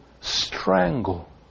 strangle